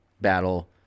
battle